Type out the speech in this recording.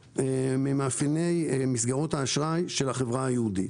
ממאפייני מסגרות האשראי של החברה היהודית.